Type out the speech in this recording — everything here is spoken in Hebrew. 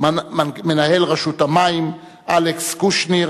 הצעות לסדר-היום מס' 7030, 7460,